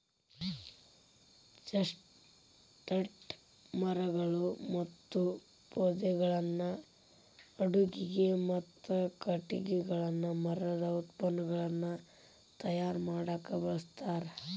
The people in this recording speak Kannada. ಚೆಸ್ಟ್ನಟ್ ಮರಗಳು ಮತ್ತು ಪೊದೆಗಳನ್ನ ಅಡುಗಿಗೆ, ಮತ್ತ ಕಟಗಿಗಳನ್ನ ಮರದ ಉತ್ಪನ್ನಗಳನ್ನ ತಯಾರ್ ಮಾಡಾಕ ಬಳಸ್ತಾರ